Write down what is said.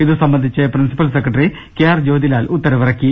ഇതുസംബന്ധിച്ച് principal secretary K R Jyothilal ഉത്തരവിറക്കി